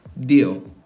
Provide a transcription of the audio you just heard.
Deal